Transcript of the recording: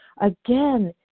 again